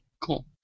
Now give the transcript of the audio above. Cool